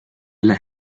las